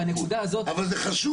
--- אז בנקודה הזאת -- זה חשוב